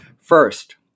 First